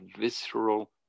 visceral